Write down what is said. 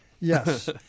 Yes